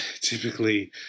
typically